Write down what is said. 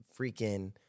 freaking